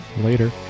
later